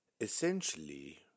Essentially